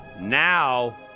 Now